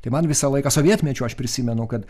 tai man visą laiką sovietmečiu aš prisimenu kad